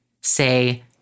say